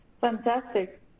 Fantastic